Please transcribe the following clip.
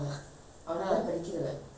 mm valentina